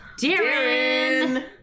Darren